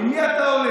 איתמר,